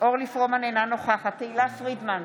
אורלי פרומן, אינה נוכחת תהלה פרידמן,